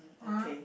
uh